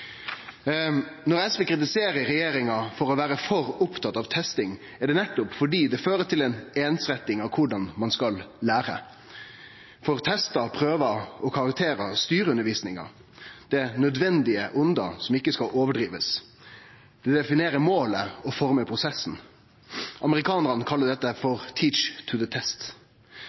Når SV kritiserer regjeringa for å vere for opptatt av testing, er det fordi det fører til ei einsretting av korleis ein skal lære. For testar, prøver og karakterar styrer undervisninga. Det er nødvendige ulemper som ein ikkje skal overdrive. Det definerer målet og formar prosessen. Amerikanarane kallar dette for